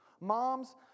Moms